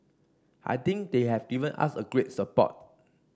I think they have given us a great support